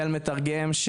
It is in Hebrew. של מתרגם,